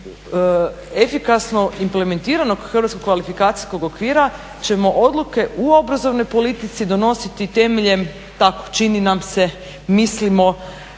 efikasno implementiranog hrvatskog kvalifikacijskog okvira ćemo odluke u obrazovnoj politici donositi temeljem tako čini nam se, mislimo